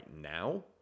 now